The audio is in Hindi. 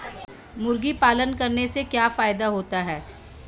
मुर्गी पालन करने से क्या फायदा होता है?